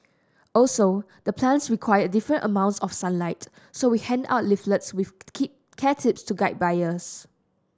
also the plants require different amounts of sunlight so we hand out leaflets with care tips to guide buyers